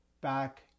back